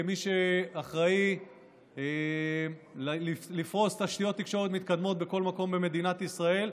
כמי שאחראי לפרוס תשתיות תקשורת מתקדמות בכל מדינת ישראל.